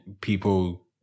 people